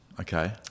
Okay